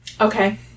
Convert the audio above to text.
Okay